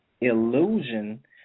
illusion